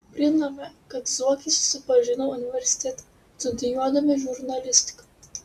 primename kad zuokai susipažino universitete studijuodami žurnalistiką